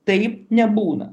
taip nebūna